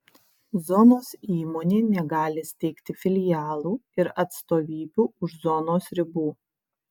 zonos įmonė negali steigti filialų ir atstovybių už zonos ribų